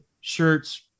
shirts